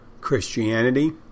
Christianity